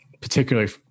particularly